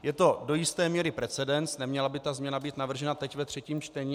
Je to do jisté míry precedens, neměla by ta změna být navržena teď ve třetím čtení.